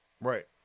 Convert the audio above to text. Right